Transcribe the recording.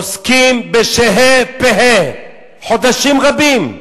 עוסקים בשה"י פה"י, חודשים רבים,